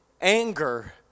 anger